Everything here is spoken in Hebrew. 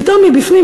פתאום מבפנים,